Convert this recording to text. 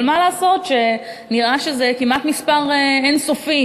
אבל מה לעשות שנראה שזה כמעט מספר אין-סופי,